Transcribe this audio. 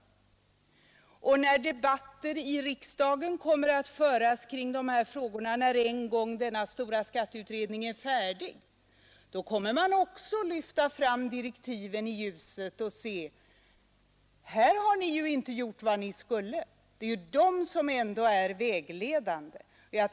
När debatter i riksdagen kommer att föras kring dessa frågor när en gång denna stora skatteutredning är färdig, då kommer man också att lyfta fram direktiven i ljuset och säga: Här har ni ju inte gjort vad ni skulle. Det är ju direktiven som ändå är vägledande.